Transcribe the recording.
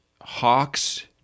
Hawks